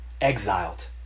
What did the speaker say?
exiled